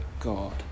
God